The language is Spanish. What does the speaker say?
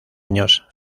años